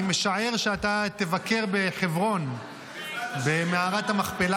אני משער שאתה תבקר בחברון במערת המכפלה,